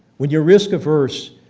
when you're risk averse,